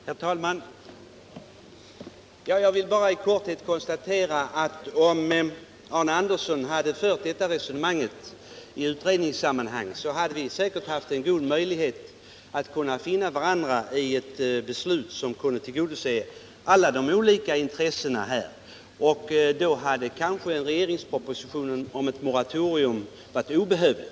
Herr talman! Jag vill bara i korthet konstatera att om Arne Andersson hade fört detta resonemang i utredningen, hade vi säkert haft goda möjligheter att finna varandra i ett beslut som kunde tillgodose alla de olika intressena. Då hade kanske propositionen om ett moratorium varit obehövlig.